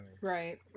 right